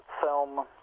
film